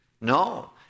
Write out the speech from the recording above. No